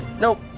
Nope